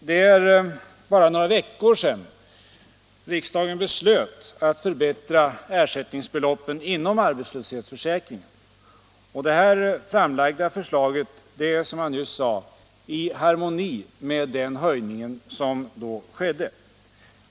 Det är bara några veckor sedan riksdagen beslöt att förbättra ersättningsbeloppen inom arbetslöshetsförsäkringen. Det nu framlagda förslaget är — som jag nyss sade — i harmoni med den höjning som då skedde.